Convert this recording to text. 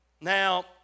Now